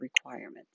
requirements